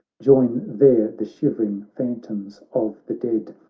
join there the shivering phantoms of the dead.